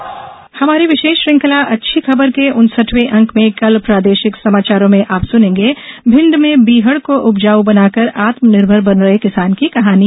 अच्छी खबर हमारी विशेष श्रृंखला अच्छी खबर के उनसठवें अंक में कल प्रादेशिक समाचारों में आप सुनेंगे भिण्ड में बीहड़ को उपजाऊ बनाकर आत्मनिर्भर बन रहे किसान की कहानी